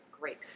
great